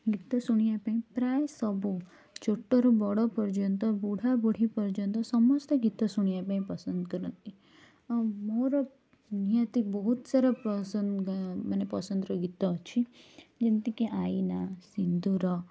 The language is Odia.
ଗୀତ ଶୁଣିବା ପାଇଁ ପ୍ରାୟ ସବୁ ଛୋଟରୁ ବଡ଼ ପର୍ଯ୍ୟନ୍ତ ବୁଢ଼ାବୁଢ଼ୀ ପର୍ଯ୍ୟନ୍ତ ସମସ୍ତେ ଗୀତ ଶୁଣିବା ପାଇଁ ପସନ୍ଦ କରନ୍ତି ଆଉ ମୋର ନିହାତି ବହୁତ ସାରା ପସନ୍ଦ ମାନେ ପସନ୍ଦର ଗୀତ ଅଛି ଯେମତିକି ଆଇନା ସିନ୍ଦୂର